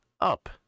up